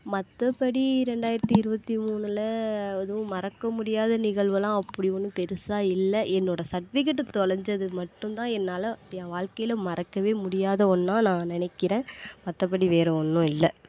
மற்றபடி ரெண்டாயிரத்து இருபத்தி மூணுல அதுவும் மறக்க முடியாத நிகழ்வுலாம் அப்படி ஒன்றும் பெருசாக இல்லை என்னோட சர்ட்விக்கேட் தொலஞ்சது மட்டும்தான் என்னால் ஏன் வாழ்க்கையில மறக்கவே முடியாத ஒன்னாக நான் நினைக்கிறேன் மற்றபடி வேறு ஒன்றும் இல்லை